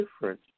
different